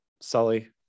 sully